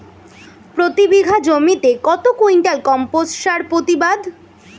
প্রতি বিঘা জমিতে কত কুইন্টাল কম্পোস্ট সার প্রতিবাদ?